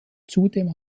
zudem